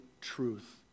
truth